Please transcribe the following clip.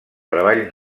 treball